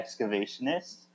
excavationist